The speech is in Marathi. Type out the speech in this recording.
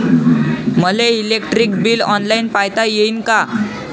मले इलेक्ट्रिक बिल ऑनलाईन पायता येईन का?